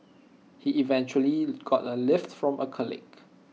he eventually got A lift from A colleague